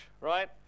right